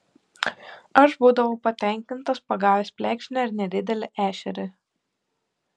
aš būdavau patenkintas pagavęs plekšnę ar nedidelį ešerį